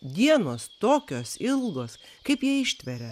dienos tokios ilgos kaip jie ištveria